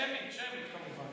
שמית, שמית, כמובן.